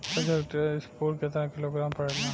प्रति हेक्टेयर स्फूर केतना किलोग्राम पड़ेला?